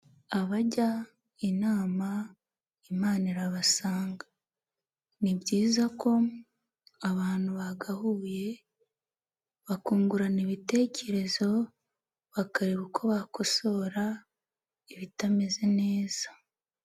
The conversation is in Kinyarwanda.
Abajya inama imana irabasanga, ni byiza ko abantu bagahuye bakungurana ibitekerezo bakareba uko bakosora ibitameze neza.